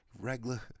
Regular